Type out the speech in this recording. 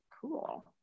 Cool